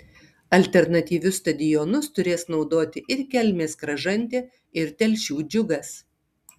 alternatyvius stadionus turės naudoti ir kelmės kražantė ir telšių džiugas